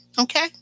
Okay